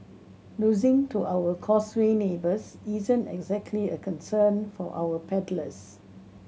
losing to our Causeway neighbours isn't exactly a concern for our paddlers